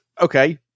Okay